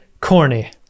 corny